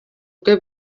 bwe